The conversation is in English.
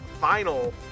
final